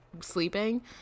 sleeping